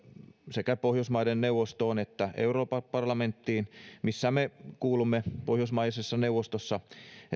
sekä pohjoismaiden neuvostoon että euroopan parlamenttiin missä me kuulumme pohjoismaiden neuvostossa